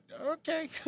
Okay